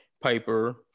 Piper